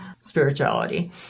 spirituality